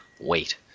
Wait